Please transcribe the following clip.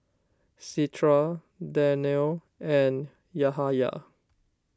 Citra Danial and Yahaya